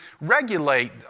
regulate